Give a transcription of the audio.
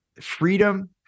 freedom